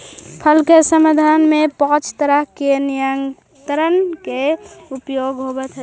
फल के संवर्धन में पाँच तरह के नियंत्रक के उपयोग होवऽ हई